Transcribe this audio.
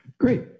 Great